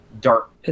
dark